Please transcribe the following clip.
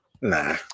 Nah